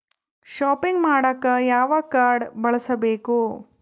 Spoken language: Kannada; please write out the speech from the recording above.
ಷಾಪಿಂಗ್ ಮಾಡಾಕ ಯಾವ ಕಾಡ್೯ ಬಳಸಬೇಕು?